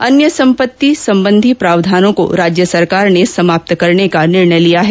अन्य सम्पत्ति संबंधी प्रावधानों को राज्य सरकार ने समाप्त करने का निर्णय लिया है